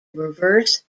reverse